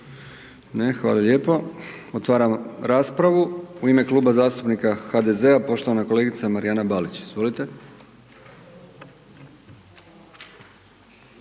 ne, hvala lijepo. Otvaram raspravu u ime Kluba zastupnika HDZ-a poštovana kolegica Marijana Balić, izvolite.